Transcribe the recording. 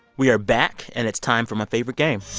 we are back, and it's time for my favorite game